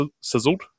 sizzled